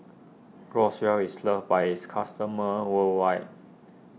Groswell is loved by its customers worldwide